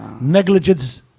Negligence